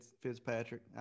Fitzpatrick